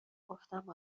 گفتم